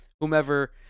whomever